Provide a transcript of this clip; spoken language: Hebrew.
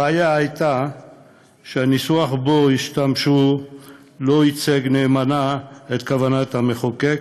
הבעיה הייתה שהניסוח שבו השתמשו לא ייצג נאמנה את כוונת המחוקק